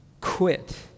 quit